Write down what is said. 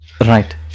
Right